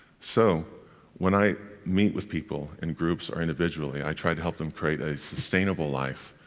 so when i meet with people, in groups or individually, i try to help them create a sustainable life,